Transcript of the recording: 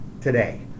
today